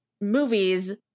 movies